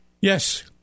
Yes